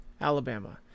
Alabama